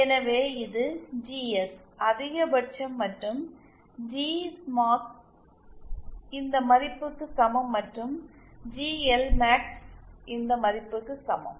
எனவே இது ஜிஎஸ் அதிகபட்சம் மற்றும் ஜி ஸ்மாக்ஸ் இந்த மதிப்புக்கு சமம் மற்றும் ஜிஎல்மேக்ஸ் இந்த மதிப்புக்கு சமம்